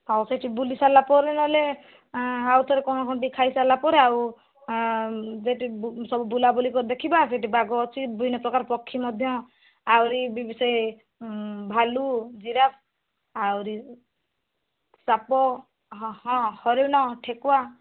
ହଉ ସେଠି ବୁଲି ସାରିଲା ପରେ ନହେଲେ ଆଉଥରେ କ'ଣ କ'ଣ ଟିକେ ଖାଇ ସାରିଲା ପରେ ଯେତି ସେଠି ବୁଲା ବୁଲି କରି ଦେଖିବା ସେଠି ବାଘ ଅଛି ବିଭିନ୍ନ ପ୍ରକାର ପକ୍ଷୀ ଅଛି ଆହୁରି ବି ସେ ଭାଲୁ ଜିରାଫ ଆହୁରି ସାପ ହଁ ହରିଣ ଠେକୁଆ